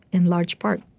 in large part,